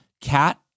cat